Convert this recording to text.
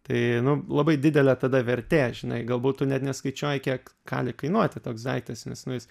tai nu labai didelė tada vertė žinai gal būtų net neskaičiuoji kiek gali kainuoti toks daiktas nes nu jis